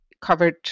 covered